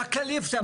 היה כללי, בסדר.